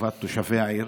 לטובת תושבי העיר.